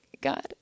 God